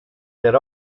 per